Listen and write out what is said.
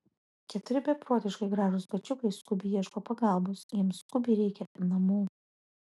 keturi beprotiškai gražūs kačiukai skubiai ieško pagalbos jiems skubiai reikia namų